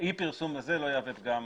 לא יהווה פגם.